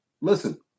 listen